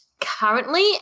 currently